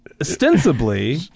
ostensibly